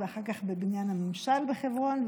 ואחר כך בבניין הממשל בחברון,